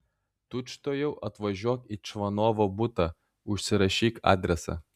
tučtuojau atvažiuok į čvanovo butą užsirašyk adresą